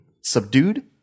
subdued